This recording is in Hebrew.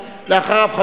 ואחריו,